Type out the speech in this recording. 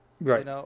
Right